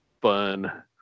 fun